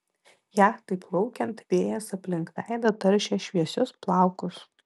jachtai plaukiant vėjas aplink veidą taršė šviesius plaukus